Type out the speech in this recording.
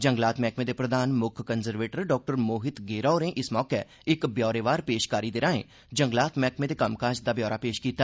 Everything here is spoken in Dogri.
जंगलात मैहकमे दे प्रधान मुक्ख कंजरवेटर डाक्टर मोहित गेरा होरें इस मौके इक ब्यौरेवार पेशकारी राएं जंगलात मैह्कमे दे कम्मकाज दा ब्यौरा पेश कीता